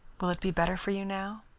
will it be better for you now?